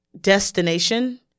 destination